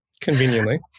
Conveniently